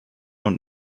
und